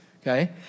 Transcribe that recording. okay